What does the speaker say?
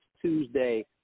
tuesday